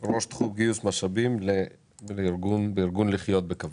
ראש תחום גיוס משאבים בארגון "לחיות בכבוד",